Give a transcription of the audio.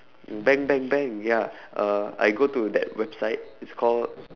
bang bang bang ya uh I go to that website it's called